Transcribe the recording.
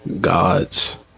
God's